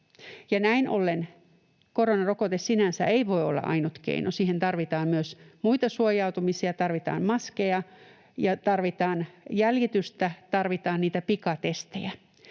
Näin ollen koronarokote sinänsä ei voi olla ainut keino. Siihen tarvitaan myös muita suojautumisia. Tarvitaan maskeja ja tarvitaan jäljitystä,